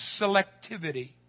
selectivity